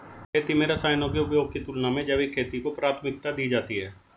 खेती में रसायनों के उपयोग की तुलना में जैविक खेती को प्राथमिकता दी जाती है